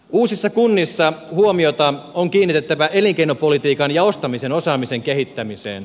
uusissa kunnissa huomiota on kiinnitettävä elinkeinopolitiikan ja ostamisen osaamisen kehittämiseen